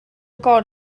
cor